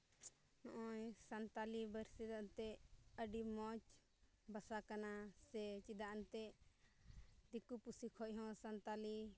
ᱱᱚᱜᱼᱚᱭ ᱥᱟᱱᱛᱟᱞᱤ ᱯᱟᱹᱨᱥᱤ ᱫᱚ ᱮᱱᱛᱮᱫ ᱟᱹᱰᱤ ᱢᱚᱡᱽ ᱵᱷᱟᱥᱟ ᱠᱟᱱᱟ ᱪᱮᱫᱟᱜ ᱮᱱᱛᱮᱫ ᱫᱤᱠᱩ ᱯᱩᱥᱤ ᱠᱷᱚᱱᱦᱚᱸ ᱥᱟᱱᱛᱟᱞᱤ